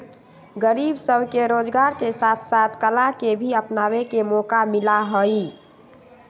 गरीब सब के रोजगार के साथ साथ कला के भी अपनावे के मौका मिला हई